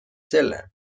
selle